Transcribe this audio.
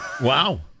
Wow